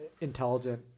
intelligent